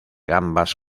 gambas